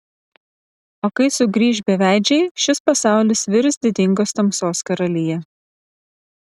o kai sugrįš beveidžiai šis pasaulis virs didingos tamsos karalija